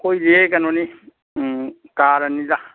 ꯑꯩꯈꯣꯏꯗꯤ ꯀꯩꯅꯣꯅꯤ ꯎꯝ ꯀꯥꯔꯅꯤꯗ